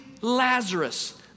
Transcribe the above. Lazarus